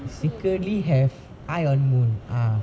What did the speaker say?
secretly have eye on moon ah